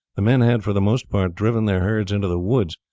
the men had for the most part driven their herds into the woods,